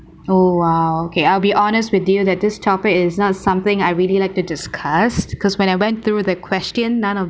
oh !wow! okay I'll be honest with you that this topic is not something I really like to discuss because when I went through the question none of